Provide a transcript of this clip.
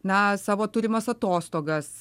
na savo turimas atostogas